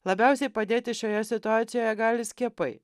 labiausiai padėti šioje situacijoje gali skiepai